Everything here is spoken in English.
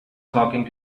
talking